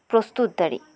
ᱯᱨᱚᱥᱛᱩᱛ ᱫᱟᱲᱮᱜ